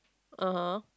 uh [huh]